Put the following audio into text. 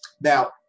Now